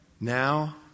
Now